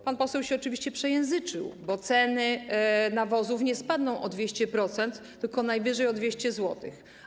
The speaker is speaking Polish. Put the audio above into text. Pan poseł się oczywiście przejęzyczył, bo ceny nawozów spadną nie o 200%, tylko najwyżej o 200 zł.